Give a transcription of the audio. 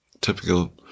...typical